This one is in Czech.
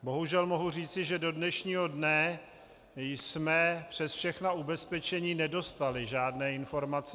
Bohužel mohu říci, že do dnešního dne jsme přes všechna ubezpečení nedostali žádné informace.